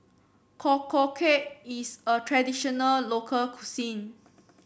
Korokke is a traditional local cuisine